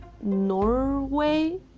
Norway